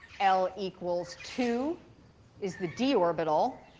l equals two is the d orbital.